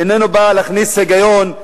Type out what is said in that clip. איננו בא להכניס היגיון.